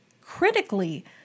critically